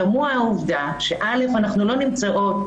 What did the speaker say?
תמוהה העובדה שאנחנו לא נמצאות